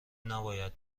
نباید